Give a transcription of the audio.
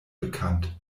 bekannt